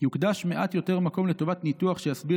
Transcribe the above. יוקדש "מעט יותר מקום לטובת ניתוח שיסביר